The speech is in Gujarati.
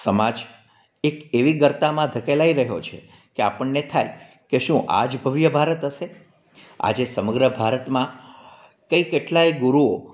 સમાજ એક એવી ગર્તામાં ધકેલાઈ રહ્યો છે કે આપણને થાય કે શું આજ ભવ્ય ભારત હશે આજે સમગ્ર ભારતમાં કંઈ કેટલા ગુરુઓ